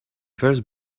first